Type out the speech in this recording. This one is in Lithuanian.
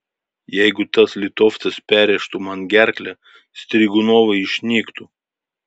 jeigu tas litovcas perrėžtų man gerklę strigunovai išnyktų